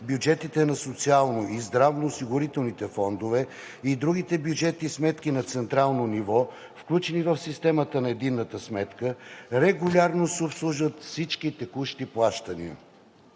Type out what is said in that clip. бюджетите на социално и здравноосигурителните фондове и другите бюджетни сметки на централно ниво, включени в системата на единната сметка, регулярно се обслужват всички текущи плащания.